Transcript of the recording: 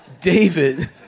David